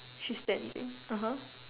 she's standing (uh huh)